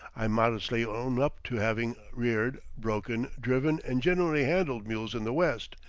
i modestly own up to having reared, broken, driven, and generally handled mules in the west,